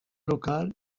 local